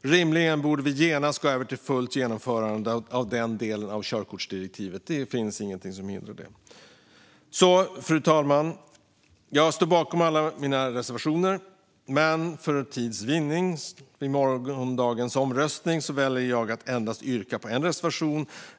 Rimligen borde vi genast gå över till fullt genomförande av denna del i körkortsdirektivet. Det finns inget som hindrar det. Fru talman! Jag står bakom alla mina reservationer. Men för tids vinnande i morgondagens omröstning väljer jag att yrka bifall endast till en reservation.